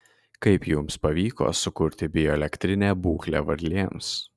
kaip jums pavyko sukurti bioelektrinę būklę varlėms